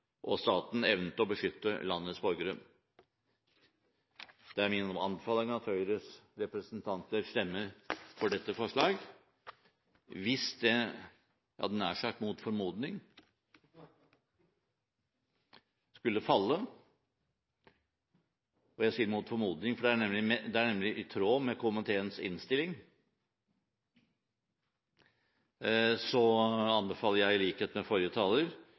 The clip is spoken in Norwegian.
og staten evnet å beskytte landets borgere.» Det er min anbefaling at Høyres representanter stemmer for dette forslaget. Hvis det, hadde jeg nær sagt, mot formodning skulle falle, og jeg sier «mot formodning», for det er nemlig i tråd med komiteens innstilling, anbefaler jeg